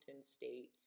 state